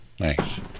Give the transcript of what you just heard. Nice